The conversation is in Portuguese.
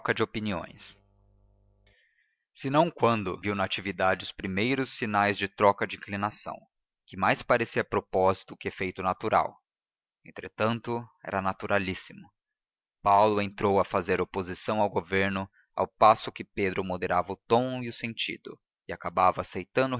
de opiniões senão quando viu natividade os primeiros sinais de uma troca de inclinação que mais parecia propósito que efeito natural entretanto era naturalíssimo paulo entrou a fazer oposição ao governo ao passo que pedro moderava o tom e o sentido e acabava aceitando